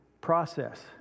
process